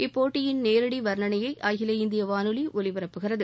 இப்போட்டியின் நேரடி வர்ணனையை அகில இந்திய வானொலி ஒலிபரப்புகிறது